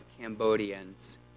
Cambodians